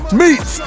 meets